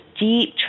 deep